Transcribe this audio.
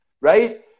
right